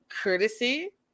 courtesy